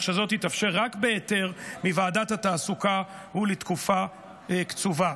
כך שזו תתאפשר רק בהיתר מוועדת התעסוקה ולתקופה קצובה.